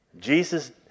Jesus